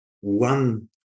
one